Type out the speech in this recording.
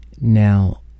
now